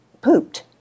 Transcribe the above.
pooped